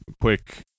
quick